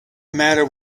matter